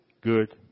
good